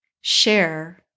share